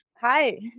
Hi